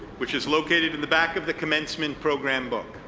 which is located in the back of the commencement program book.